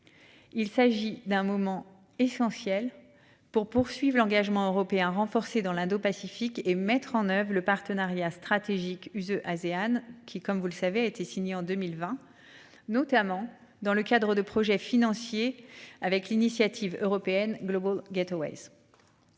Il s'agit d'un moment essentiel pour poursuivent l'engagement européen renforcé dans l'Indopacifique et mettre en oeuvre le partenariat stratégique UE-Asean qui, comme vous le savez a été signé en 2020, notamment dans le cadre de projets financier avec l'initiative européenne globaux